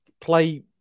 play